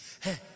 Hey